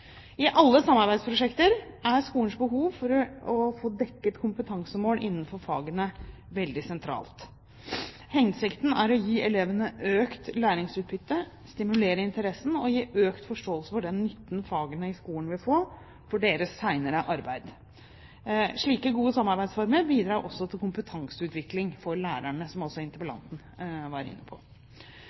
I alle samarbeidsprosjekter er skolens behov for å få dekket kompetansemål innenfor fagene veldig sentralt. Hensikten er å gi elevene økt læringsutbytte, stimulere interessen og gi økt forståelse for den nytten fagene i skolen vil få for deres senere arbeid. Slike gode samarbeidsformer bidrar også til kompetanseutvikling for lærerne, som også interpellanten var inne på.